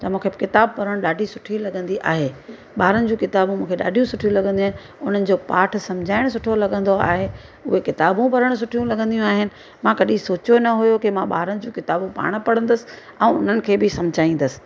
त मूंखे बि किताब पढ़णु ॾाढी सुठी लॻंदी आहे ॿारनि जूं किताबूं मूंखे ॾाढियूं सुठियूं लॻंदियूं आहिनि उन्हनि जो पाठु समुझाइणु सुठो लॻंदो आहे उहे किताबूं पढ़णु सुठियूं लॻंदी आहिनि मां कॾहिं सोचियो न हुयो की मां कॾहिं ॿारनि जूं किताबूं पाण पढ़ंदसि ऐं उन्हनि खे बि समुझाईंदसि